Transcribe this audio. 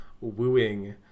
wooing